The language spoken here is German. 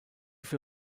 für